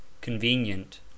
convenient